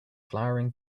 flowering